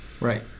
right